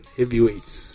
heavyweights